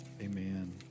amen